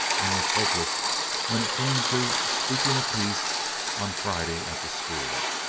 and was hopeless when it came to speaking a piece on friday at the school.